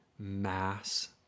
mass